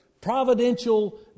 providential